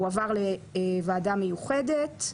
הועבר לוועדה מיוחדת.